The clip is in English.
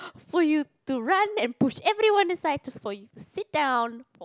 for you to run and push everyone aside just for you to sit down